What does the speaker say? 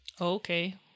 Okay